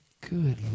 Good